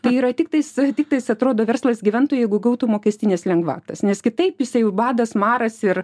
tai yra tiktais tiktais atrodo verslas gyventojai gautų mokestines lengvatas nes kitaip jisai jau badas maras ir